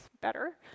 better